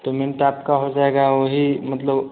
payment आपका हो जाएगा वही मतलब